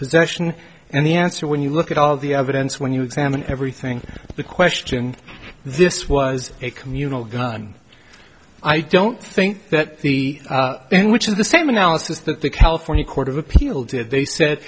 possession and the answer when you look at all the evidence when you examine everything the question this was a communal gun i don't think that he in which is the same analysis that the california court of appeal did they said